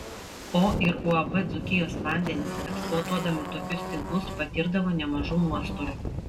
o ir uab dzūkijos vandenys eksploatuodami tokius tinklus patirdavo nemažų nuostolių